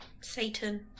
satan